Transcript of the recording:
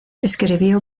escribió